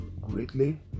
greatly